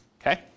okay